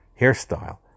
hairstyle